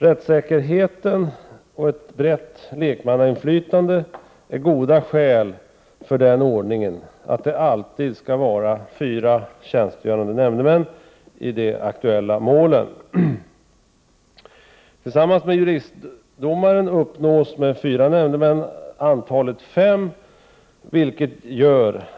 Rättssäkerheten och ett brett lekmannainflytande är goda skäl för den ordningen att det alltid skall vara fyra tjänstgörande nämndemän i de aktuella målen. Tillsammans med juristdomaren uppnås med fyra nämndemän antalet fem. I normalfallet går Prot.